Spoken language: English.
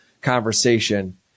conversation